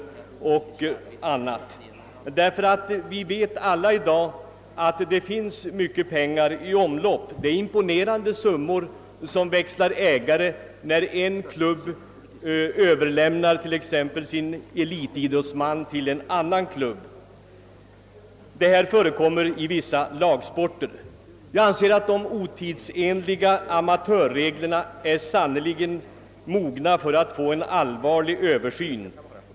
Vi vet alla att i dag mycket pengar är i omlopp på detta område och att det t.ex. är imponerande summor som växlar ägare när en klubb »Överlämnar» en elitidrottsman till en annan klubb — det är ju inom vissa lagsporter som detta system praktiseras. De otidsenliga amatörreglerna är sannerligen mogna för en grundlig översyn.